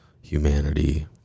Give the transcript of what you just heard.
humanity